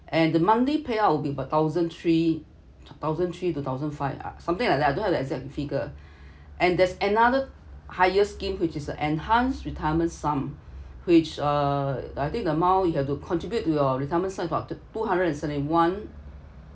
and the monthly payout will be about thousand three thousand three to thousand five uh something like that I don't have the exact figure and there's another higher scheme which is the enhanced retirement sum which uh I think the amount you have to contribute to your retirement sum about two hundred and seventy one